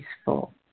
peaceful